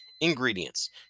Ingredients